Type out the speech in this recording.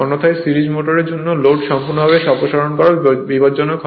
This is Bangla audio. অন্যথায় সিরিজ মোটরের জন্য লোড সম্পূর্ণভাবে অপসারণ করা বিপজ্জনক